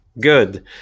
Good